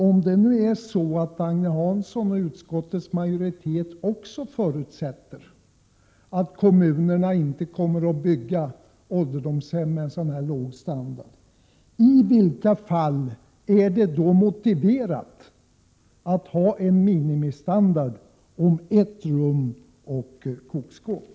Om nu Agne Hansson och utskottets majoritet också förutsätter att kommunerna inte kommer att bygga ålderdomshemmen med en sådan låg standard som den som föreslås, i vilka fall är det då motiverat att ha en minimistandard om ett rum och kokskåp?